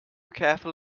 careful